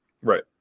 Right